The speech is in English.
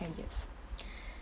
ten years